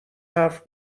حرف